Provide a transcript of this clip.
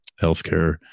healthcare